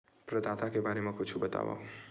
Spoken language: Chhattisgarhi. प्रदाता के बारे मा कुछु बतावव?